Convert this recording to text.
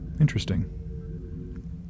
Interesting